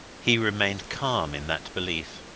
he remained calm in that belief.